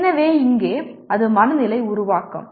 எனவே இங்கே அது மன உணர்வு உருவாக்கம்